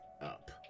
up